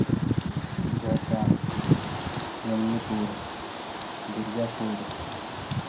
Jhargram Midnapur Durgapur